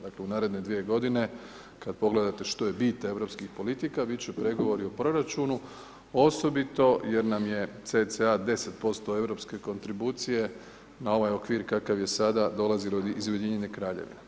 Dakle u naredne 2 godine kada pogledate što je bit europskih politika biti će pregovori o proračunu osobito jer nam je cca. 10% europske kontribucije na ovaj okvir kakav je sada dolazilo iz Ujedinjene Kraljevine.